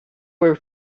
were